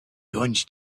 hunched